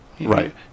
Right